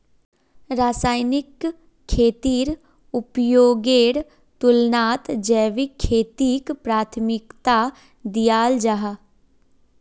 रासायनिक खेतीर उपयोगेर तुलनात जैविक खेतीक प्राथमिकता दियाल जाहा